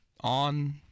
on